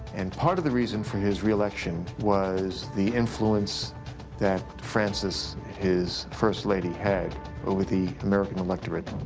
and part of the reason for his reelection was the influence that francis, his first lady, had over the american electorate.